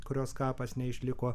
kurios kapas neišliko